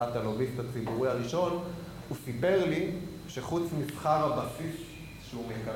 ...הטלוויסט הציבורי הראשון, הוא סיפר לי שחוץ משכר הבסיס שהוא מקבל...